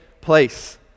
place